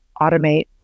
automate